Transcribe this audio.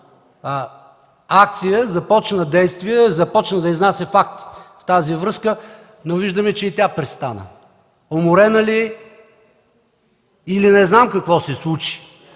акция, започна действия, започна да изнася факти в тази връзка, но виждаме, че и тя престана. Уморена ли е, или не знам какво се случи?!